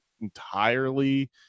entirely